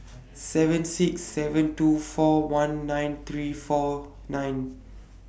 seven six seven two four one nine three four nine